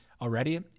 Already